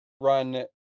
run